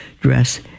dress